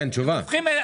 כן, תשובה.